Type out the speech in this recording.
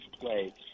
play